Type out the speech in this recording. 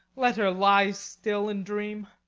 let her lie still and dream.